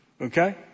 Okay